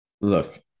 look